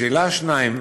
לשאלה 2: